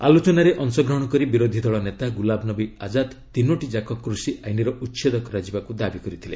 ଆଲୋଚନାରେ ଅଂଶଗ୍ରହଣ କରି ବିରୋଧୀଦଳ ନେତା ଗୁଲାମନବୀ ଆକ୍ଷାଦ ତିନୋଟିଯାକ କୂଷି ଆଇନର ଉଚ୍ଛେଦ କରାଯିବାକୁ ଦାବି କରିଥିଲେ